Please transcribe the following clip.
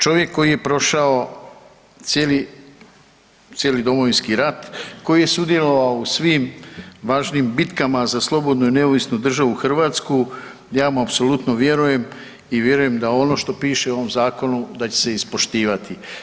Čovjek koji je prošao cijeli Domovinski rat, koji je sudjelovao u svim važnim bitkama za slobodnu i neovisnu državu Hrvatsku ja mu apsolutno vjerujem i da vjerujem da ono što piše u ovom zakonu da će se ispoštivati.